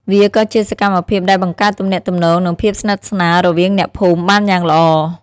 វាក៏ជាសកម្មភាពដែលបង្កើតទំនាក់ទំនងនិងភាពស្និទ្ធស្នាលរវាងអ្នកភូមិបានយ៉ាងល្អ។